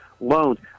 loans